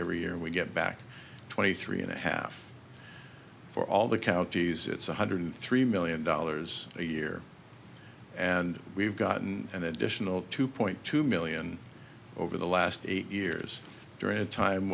every year we get back twenty three and a half for all the counties it's one hundred three million dollars a year and we've gotten an additional two point two million over the last eight years during a time